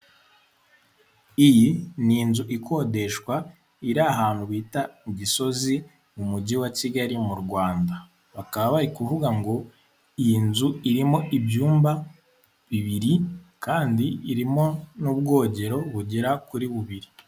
Iyi ni inzu ikodeshwa iri ahantu bita kugisozi mu mujyi wa kigali mu Rwanda bakaba bari kuvuga ngo iyi nzu irimo ibyumba bibiri kandi irimo n'ubwogero bugera kuri bubiri.